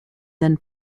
then